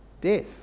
Death